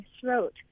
throat